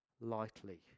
lightly